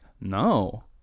no